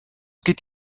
geht